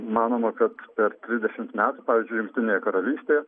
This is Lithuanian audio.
manoma kad per trisdešimt metų pavyzdžiui jungtinėje karalystėje